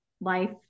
life